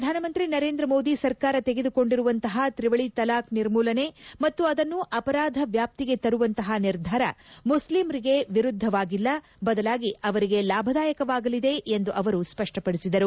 ಪ್ರಧಾನ ಮಂತ್ರಿ ನರೇಂದ್ರ ಮೋದಿ ಸರ್ಕಾರ ತೆಗೆದುಕೊಂಡಂತಹ ತ್ರಿವಳಿ ತಲಾಖ್ ನಿರ್ಮೂಲನೆ ಮತ್ತು ಅದನ್ನು ಅಪರಾಧ ವ್ಯಾಪ್ತಿಗೆ ತರುವಂತಹ ನಿರ್ಧಾರ ಮುಸ್ಲಿಂರಿಗೆ ವಿರುದ್ದವಾಗಿಲ್ಲ ಬದಲಾಗಿ ಅವರಿಗೆ ಲಾಭದಾಯಕ ವಾಗಲಿದೆ ಎಂದು ಅವರು ಸ್ಪಷ್ಟಪಡಿಸಿದರು